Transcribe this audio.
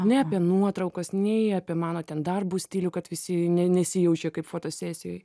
ne apie nuotraukas nei apie mano ten darbo stilių kad visi ne nesijaučia kaip fotosesijoj